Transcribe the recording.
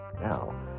Now